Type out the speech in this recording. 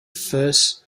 first